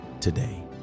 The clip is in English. today